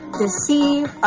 deceive